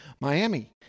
Miami